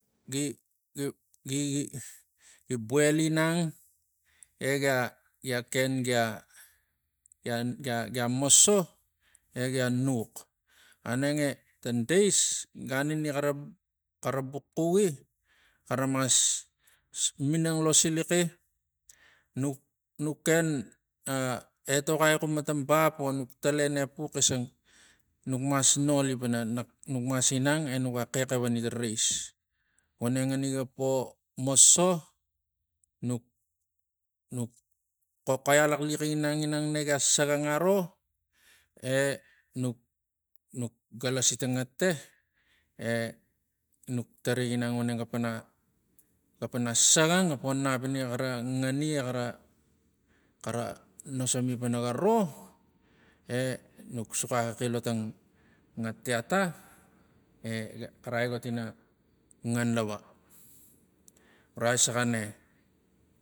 Gi- gi- gi- gi buel ginang e gia- gia ken gia- gia- gia moso e gia nux aneng e tang dais gan ini xara xara bux xugi xara mas minang losilaxi nuk- nuk ken ah etoxai xumpana tang bap vo nuk talen epux xisang nuk mas noli panaanuk mas inang exexevani tang rais vonengani ga po moso nuk nuk xoxoi alaxliax ginang ginang na- na sagang aro enuk nuk galasi tang ngata e nuk tarai ginang voneng ga pana ga pana sagang ga po nap ini xara ngani e xara nasami pana ga ro aigot ina ngan lava urai saxa ne.